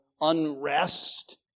Unrest